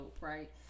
right